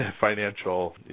financial